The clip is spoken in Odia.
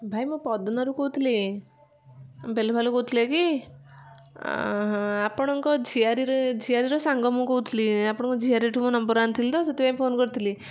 ଭାଇ ମୁଁ ପଦନାରୁ କହୁଥିଲି ବେଲଭାଲୁ କହୁଥିଲେ କି ଆପଣଙ୍କ ଝିଆରୀରେ ଝିଆରୀର ସାଙ୍ଗ ମୁଁ କହୁଥିଲି ଆପଣଙ୍କ ଝିଆରୀଠୁ ମୁଁ ନମ୍ବର ଆଣିଥିଲି ତ ସେଥିପାଇଁ ଫୋନ୍ କରିଥିଲି